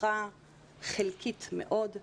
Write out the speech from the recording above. נפתחה חלקית מאוד.